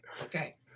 okay